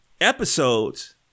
episodes